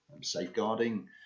safeguarding